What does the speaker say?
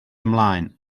ymlaen